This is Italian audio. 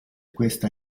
questa